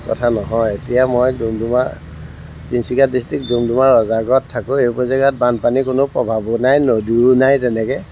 কথা নহয় এতিয়া মই ডুমডুমা তিনিচুকীয়া ডিষ্ট্ৰিক্ট ডুমডুমাৰ ৰজাগড়ত থাকোঁ এইবোৰ জেগাত বানপানীৰ কোনো প্ৰভাৱে নাই নদীও নাই তেনেকৈ